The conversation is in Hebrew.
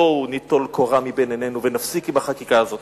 בואו ניטול קורה מבין עינינו ונפסיק עם החקיקה הזאת.